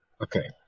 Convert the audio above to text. Okay